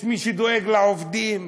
יש מי שדואג לעובדים.